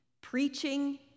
preaching